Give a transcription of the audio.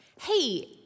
Hey